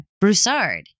Broussard